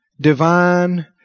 Divine